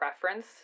preference